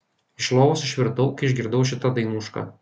iš lovos išvirtau kai išgirdau šitą dainušką